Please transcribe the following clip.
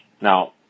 Now